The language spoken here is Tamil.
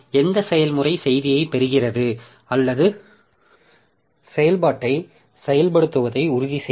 எந்த செயல்முறை செய்தியைப் பெறுகிறது அல்லது பெறும் செயல்பாட்டை இயக்க ஒரே நேரத்தில் ஒரு செயல்முறையை மட்டுமே அனுமதிக்க முடியும்